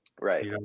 Right